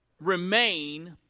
remain